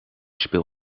speel